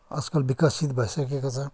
आजकल विकसित भइसकेको छ